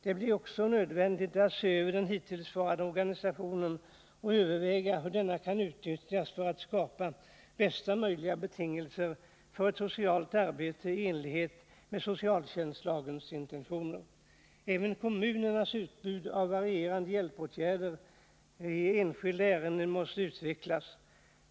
Det blir också nödvändigt att se över den hittillsvarande organisationen och att överväga hur denna kan utnyttjas i syfte att skapa bästa möjliga betingelser för ett socialt arbete i enlighet med socialtjänstlagens intentioner. Även kommunernas utbud av varierande hjälpåtgärder i enskilda ärenden måste utvecklas.